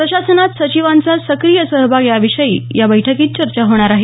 प्रशासनात सचिवांचा सक्रीय सहभाग याविषयी या बैठकीत चर्चा होणार आहे